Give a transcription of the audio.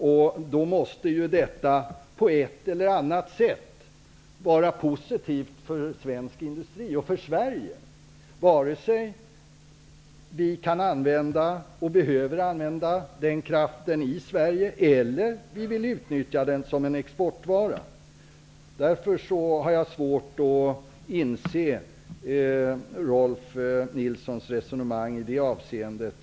Detta måste på ett eller annat sätt vara positivt för svensk industri och för Sverige, oavsett om vi kan och behöver använda kraften i Sverige eller om vi vill utnyttja den som en exportvara. Jag har därför svårt att förstå Rolf Nilsons resonemang i det avseendet.